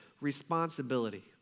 responsibility